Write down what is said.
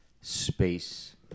space